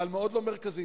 אבל מאוד לא מרכזית.